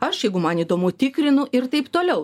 aš jeigu man įdomu tikrinu ir taip toliau